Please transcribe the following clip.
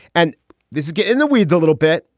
and this is get in the weeds a little bit.